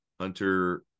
Hunter